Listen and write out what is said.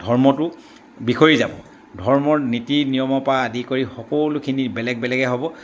ধৰ্মটো বিখৰি যাব ধৰ্মৰ নীতি নিয়মৰ পৰা আদি কৰি সকলোখিনি বেলেগ বেলেগে হ'ব